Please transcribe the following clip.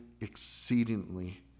exceedingly